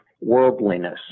worldliness